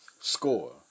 score